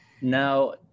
now